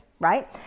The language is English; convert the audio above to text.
right